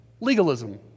legalism